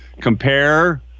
compare